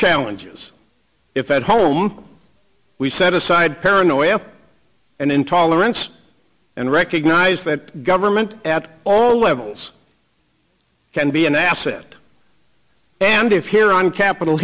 challenges if at home we set aside paranoia and intolerance and recognize that government at all levels can be an asset and if here on capitol